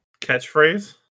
catchphrase